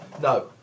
No